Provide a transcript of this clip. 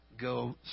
go